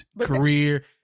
career